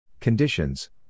Conditions